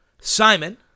Simon